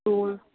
હોવે